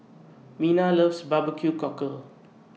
Mina loves Barbecue Cockle